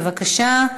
בבקשה,